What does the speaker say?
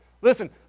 Listen